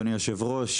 אדוני היושב ראש.